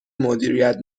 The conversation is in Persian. مدیریت